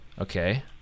Okay